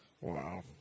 Wow